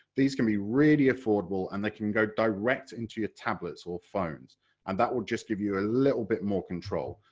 these can be really affordable and they can go direct into your tablets or phones and that will just give you a little bit more control.